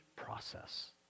process